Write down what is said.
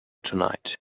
tonight